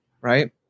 right